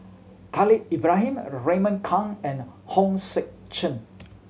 Khalil Ibrahim Raymond Kang and Hong Sek Chern